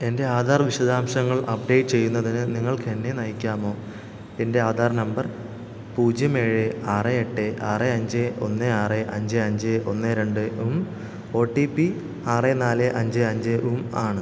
എന്റെ ആധാർ വിശദാംശങ്ങൾ അപ്ഡേറ്റ് ചെയ്യുന്നതിന് നിങ്ങൾക്ക് എന്നെ നയിക്കാമോ എന്റെ ആധാർ നമ്പർ പൂജ്യം ഏഴ് ആറ് എട്ട് ആറ് അഞ്ച് ഒന്ന് ആറ് അഞ്ച് അഞ്ച് ഒന്ന് രണ്ടും ഒ ടി പി ആറ് നാല് അഞ്ച് അഞ്ചും ആണ്